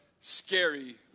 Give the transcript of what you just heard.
Scary